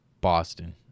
Boston